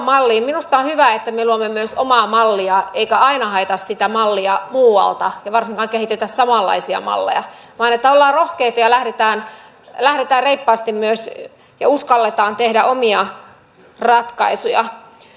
minusta on hyvä että me luomme myös omaa mallia emmekä aina hae sitä mallia muualta emmekä varsinkaan kehitä samanlaisia malleja vaan ollaan rohkeita ja lähdetään reippaasti myös ja uskalletaan tehdä omia ratkaisuja